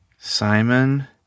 Simon